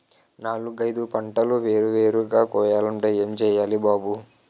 నాలుగైదు పంటలు వేరు వేరుగా కొయ్యాలంటే ఏం చెయ్యాలి బాబూ